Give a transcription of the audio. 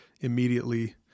immediately